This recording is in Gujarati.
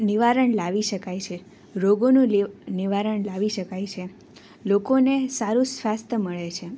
નિવારણ લાવી શકાય છે રોગોનું નિવારણ લાવી શકાય છે લોકોને સારું સ્વાસ્થ્ય મળે છે